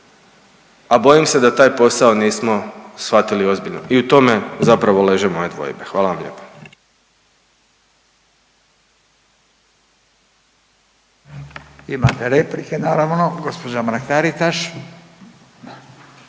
a bojim se da taj posao nismo shvatili ozbiljno i u tome zapravo leže moje dvojbe. Hvala vam lijepo. **Radin, Furio (Nezavisni)**